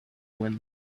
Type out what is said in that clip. wind